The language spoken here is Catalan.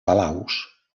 palaus